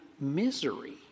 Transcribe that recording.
misery